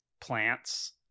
plants